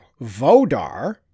Vodar